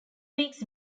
weeks